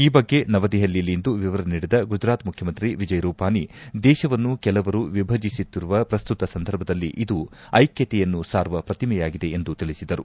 ಈ ಬಗ್ಗೆ ನವದೆಹಲಿಯಲ್ಲಿಂದು ವಿವರ ನೀಡಿದ ಗುಜರಾತ್ ಮುಖ್ಲಮಂತ್ರಿ ವಿಜಯ್ ರೂಪಾನಿ ದೇಶವನ್ನು ಕೆಲವರು ವಿಭಜಿಸುತ್ತಿರುವ ಪ್ರಸ್ತುತ ಸಂದರ್ಭದಲ್ಲಿ ಇದು ಐಕ್ಷತೆಯನ್ನು ಸಾರುವ ಪ್ರತಿಮೆಯಾಗಿದೆ ಎಂದು ತಿಳಿಸಿದರು